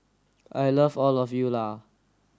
I love all of you Lah